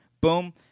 Boom